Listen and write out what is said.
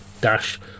dash